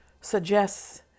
suggests